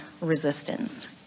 resistance